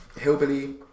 Hillbilly